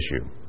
issue